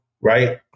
Right